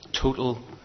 Total